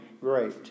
great